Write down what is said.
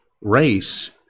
race